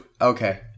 Okay